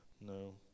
no